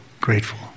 grateful